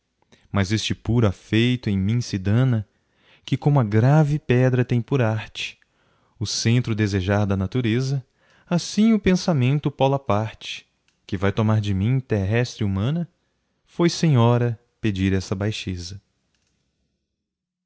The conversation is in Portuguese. mas este puro afeito em mim se dana que como a grave pedra tem por arte o centro desejar da natureza assi o pensamento pola parte que vai tomar de mim terreste humana foi senhora pedir esta baixeza